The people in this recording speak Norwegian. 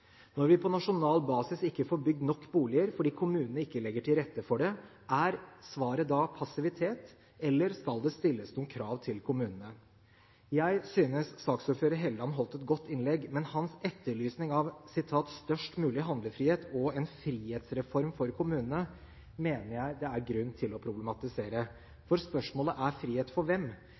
Når vi på nasjonal basis ikke får bygd nok boliger fordi kommunene ikke legger til rette for det, er svaret da passivitet, eller skal det stilles noen krav til kommunene? Jeg synes saksordfører Helleland holdt et godt innlegg, men hans etterlysning av størst mulig handlefrihet og en frihetsreform for kommunene mener jeg er grunn til å problematisere. For spørsmålet er frihet for hvem?